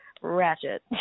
Ratchet